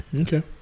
Okay